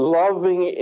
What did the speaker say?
loving